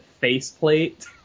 faceplate